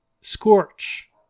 Scorch